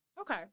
Okay